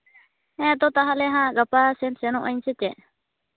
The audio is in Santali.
ᱦᱮᱸᱛᱚ ᱛᱟᱦᱚᱞᱮ ᱦᱟᱸᱜ ᱜᱟᱯᱟ ᱥᱮᱱᱚᱜ ᱟᱹᱧ ᱥᱮ ᱪᱮᱫ